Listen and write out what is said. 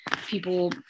people